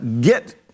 get